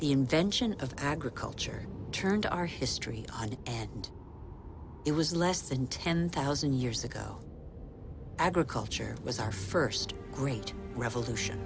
the invention of agriculture turned our history on and it was less than ten thousand years ago agriculture was our first great revolution